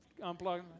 unplugging